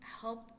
help